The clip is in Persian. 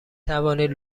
توانید